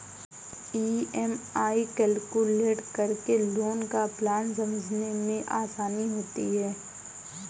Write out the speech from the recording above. EMI calculate करके loan का plan समझने में आसानी होती है